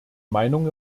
meinung